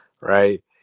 right